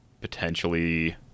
potentially